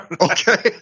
Okay